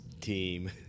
team